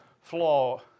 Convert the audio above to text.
flaw